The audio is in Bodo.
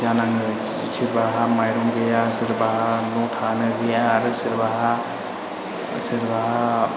जानाङो सोरबाहा माइरं गैया सोरबाहा न' थानो गैया आरो सोरबाहा